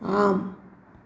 ஆம்